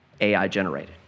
AI-generated